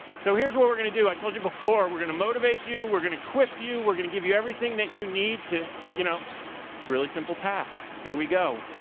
so here's what we're gonna do. i told you before, we're gonna motivate you, we're gonna equip you, we're gonna give you everything that you need to. you know it's a really simple path, here we go,